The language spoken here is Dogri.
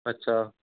अच्छा